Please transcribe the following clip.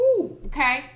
Okay